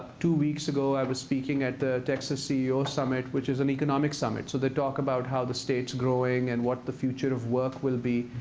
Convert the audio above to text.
two weeks ago i was speaking at the texas ceo summit, which is an economic summit. so they talk about how the state's growing and what the future of work will be.